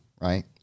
right